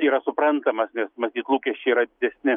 yra suprantamas nes matyt lūkesčiai yra didesni